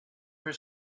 her